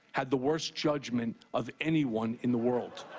had the worst judgment of anyone in the world.